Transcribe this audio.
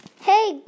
Hey